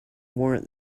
warrant